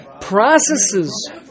processes